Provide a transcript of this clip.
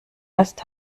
ist